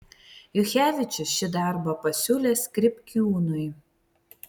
juchevičius šį darbą pasiūlė skripkiūnui